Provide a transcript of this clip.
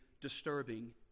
disturbing